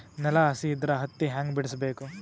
ನೆಲ ಹಸಿ ಇದ್ರ ಹತ್ತಿ ಹ್ಯಾಂಗ ಬಿಡಿಸಬೇಕು?